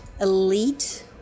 elite